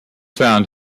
found